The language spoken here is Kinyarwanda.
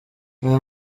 aya